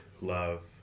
love